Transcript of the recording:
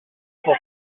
pour